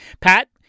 pat